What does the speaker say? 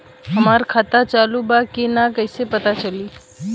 हमार खाता चालू बा कि ना कैसे पता चली?